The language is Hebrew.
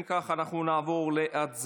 אם כך, אנחנו נעבור להצבעה.